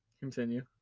Continue